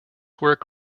work